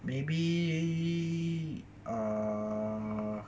maybe err